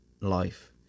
life